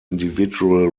individual